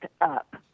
up